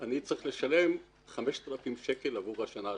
אני צריך לשלם 5,000 שקלים עבור השנה השלישית.